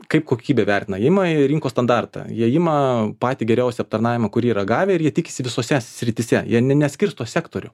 kaip kokybę vertina ima rinkos standartą jie ima patį geriausią aptarnavimą kurį ragavę ir jie tikisi visose srityse jie ne neskirsto sektorių